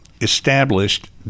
established